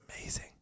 amazing